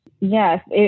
Yes